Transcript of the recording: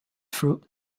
fruit